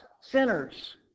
sinners